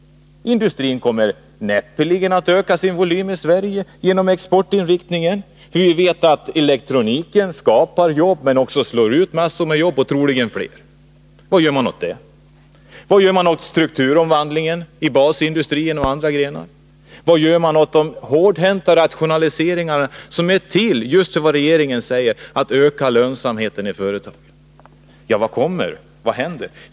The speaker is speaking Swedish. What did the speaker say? Industrin kommer näppeligen 4 Riksdagens protokoll 1980/81:158-159 att öka sin volym genom exportinriktningen. Vi vet ju att exempelvis elektroniken skapar jobb, men att den samtidigt slår ut massor av människor, och det blir troligen fler. Vad gör man åt det? Vad gör man åt strukturomvandlingen i basindustrin och inom andra grenar av industrin? Vad gör man åt de hårdhänta rationaliseringarna, som enligt vad regeringen säger är till just för att öka lönsamheten i företagen? Vad händer?